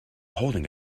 holding